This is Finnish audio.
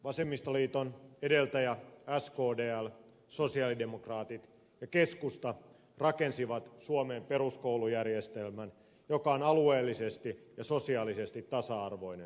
vasemmistoliiton edeltäjä skdl sosialidemokraatit ja keskusta rakensivat suomeen peruskoulujärjestelmän joka on alueellisesti ja sosiaalisesti tasa arvoinen